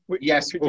Yes